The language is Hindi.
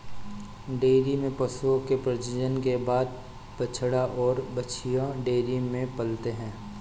डेयरी में पशुओं के प्रजनन के बाद बछड़ा और बाछियाँ डेयरी में पलते हैं